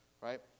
right